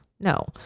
no